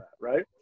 right